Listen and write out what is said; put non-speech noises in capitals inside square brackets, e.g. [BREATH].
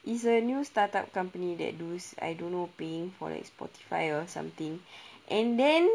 it's a new startup company that lose I don't know paying for like spotify or something [BREATH] and then